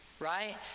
Right